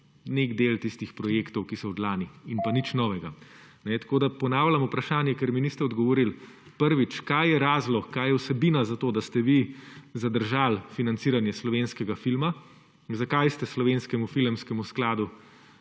nek del tistih projektov, ki so od lani; in nič novega. Ponavljam vprašanje, ker mi nanj niste odgovorili: Kaj je razlog, kaj je vsebina, da ste vi zadržali financiranje slovenskega filma, zakaj ste Slovenskemu filmskemu skladu